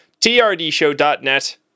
trdshow.net